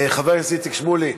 חבר הכנסת איציק שמולי,